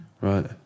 Right